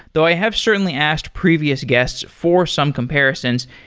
though i have certainly asked previous guests for some comparisons,